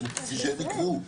כפי שהם יקבעו?